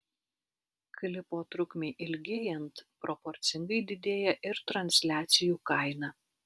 klipo trukmei ilgėjant proporcingai didėja ir transliacijų kaina